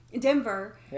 Denver